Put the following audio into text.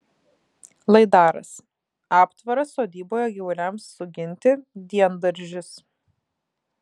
laidaras aptvaras sodyboje gyvuliams suginti diendaržis